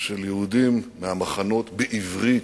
של יהודים מהמחנות בעברית,